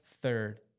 third